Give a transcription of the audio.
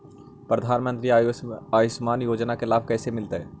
प्रधानमंत्री के आयुषमान योजना के लाभ कैसे मिलतै?